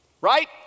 right